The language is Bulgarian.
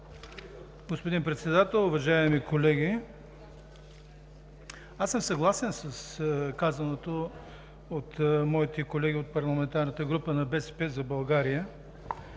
Господин Председател, уважаеми колеги! Аз съм съгласен с казаното от моите колеги от парламентарната група на „БСП за България“.